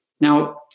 Now